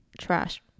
Trash